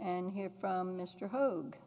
and here from m